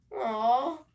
Aw